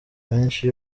menshi